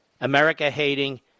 America-hating